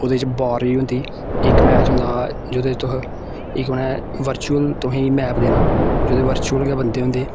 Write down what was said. ओह्दे च वार बी होंदी इक मैच होंदा जेह्दे च तुस इक उनें वर्चुअल तुसेंगी मैप देना जेह्दे च वर्चुअल गै बंदे होंदे